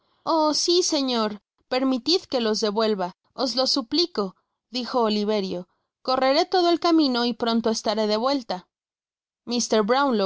oh si señor permitid que los devuelva os lo suplico dijo oliverio correré todo el camino y pronto estaré de vuelta